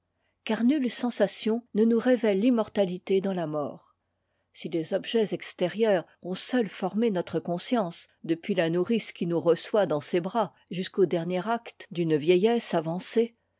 nulle sensation ne nous révèle l'immortalité dans ta mort si les objets extérieurs ont seuls formé notre conscience depuis la nourrice qui nous reçoit dans ses bras jusqu'au dernier acte d'une vieillesse avancée